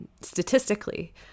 statistically